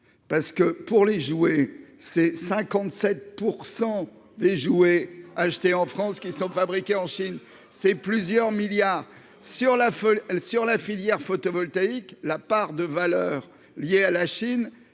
parce que pour les jouer, c'est 57 pour 100 les jouets achetés en France qui sont fabriqués en Chine, c'est plusieurs milliards sur la feuille sur la filière photovoltaïque, la part de valeurs liées à la Chine